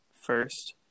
first